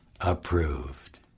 Approved